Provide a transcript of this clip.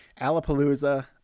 Alapalooza